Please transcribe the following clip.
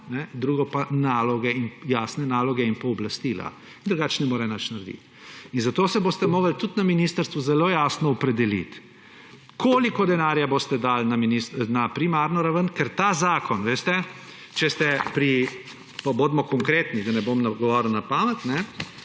drugo pa jasne naloge in pooblastila. Drugače ne more nič narediti. In zato se boste morali tudi na ministrstvu zelo jasno opredeliti, koliko denarja boste dali na primarno raven, ker ta zakon, pa bodimo konkretni, da ne bom govoril na pamet,